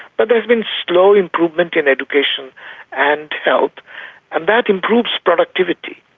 but there's been slow improvement in education and health and that improves productivity.